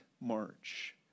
march